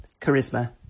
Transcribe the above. Charisma